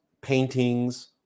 paintings